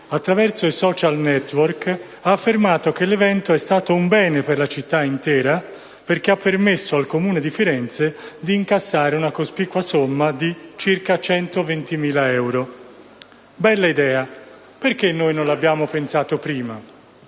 attraverso i *social network* ha affermato che l'evento è stato un bene per la città intera, perché ha permesso al Comune di Firenze di incassare la cospicua somma di circa 120.000 euro. Bella idea! Perché non l'abbiamo pensato prima?